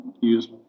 use